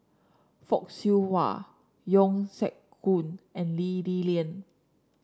Fock Siew Wah Yeo Siak Goon and Lee Li Lian